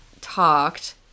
talked